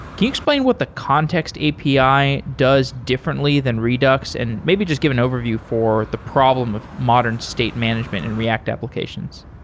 you you explain what the context api does differently than redux, and maybe just give an overview for the problem of modern state management in react applications?